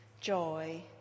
joy